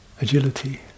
agility